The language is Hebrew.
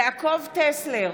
יעקב טסלר,